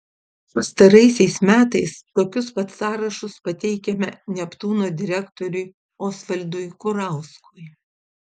pastaraisiais metais tokius pat sąrašus pateikiame neptūno direktoriui osvaldui kurauskui